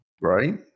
Right